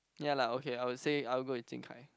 ya like okay I would say I would go with Jing-Kai